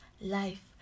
life